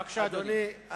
בבקשה, אדוני.